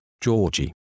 Georgie